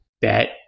bet